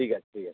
ঠিক আছে ঠিক আছে